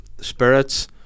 Spirits